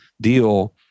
deal